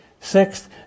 Sixth